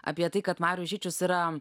apie tai kad marius žičius yra